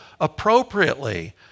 appropriately